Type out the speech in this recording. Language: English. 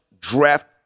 draft